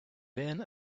then